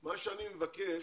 מה שאני מבקש,